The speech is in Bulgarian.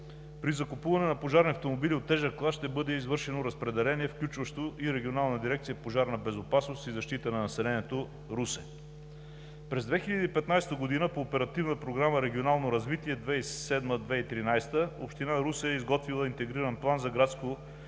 При закупуване на пожарни автомобили от тежък клас ще бъде извършено разпределение, включващо и Регионална дирекция „Пожарна безопасност и защита на населението“ – Русе. През 2015 г. по Оперативна програма „Регионално развитие 2007 – 2013“ община Русе е изготвила Интегриран план за градско